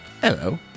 Hello